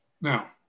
Now